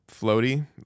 floaty